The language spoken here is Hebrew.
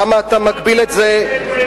למה אתה מגביל את זה לנישואין?